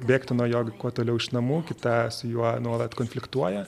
bėgti nuo jo kuo toliau iš namų kita su juo nuolat konfliktuoja